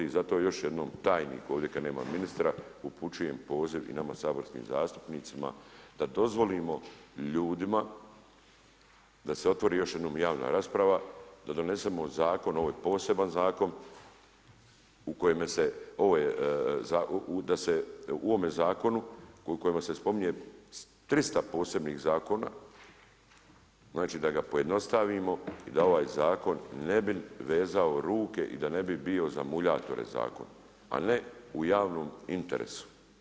I zato još jednom tajniku ovdje kada nema ministra, upućujem poziv i nama saborskim zastupnicima da dozvolimo ljudima da se otvori još jednom javna rasprava, da donesemo zakon ovo je poseban zakon u kojem se da, u ovome zakonu koliko se spominje 300 posebnih zakona, znači da ga pojednostavimo i da ovaj zakon ne bi vezao ruke i da ne bi bio za muljatore zakon, a ne u javnom interesu.